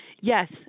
Yes